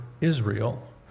Israel